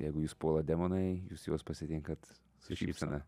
jeigu jus puola demonai jūs juos pasitinkat su šypsena